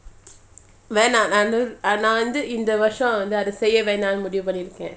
வேணாம்நான்வந்துஇந்தவருஷம்நான்அதசெய்யவேணம்னுமுடிவுபண்ணிருக்கேன்:venam nan vandhu indha varusam nan adha seyya venamnu mudivu panniruken